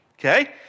Okay